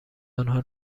آنها